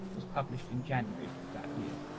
was published in january of that year.